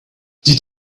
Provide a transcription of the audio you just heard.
did